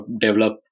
develop